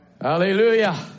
Hallelujah